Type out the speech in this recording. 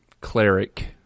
cleric